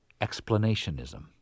explanationism